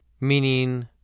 Meaning